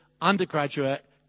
undergraduate